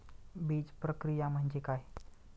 बीजप्रक्रिया म्हणजे काय?